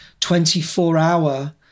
24-hour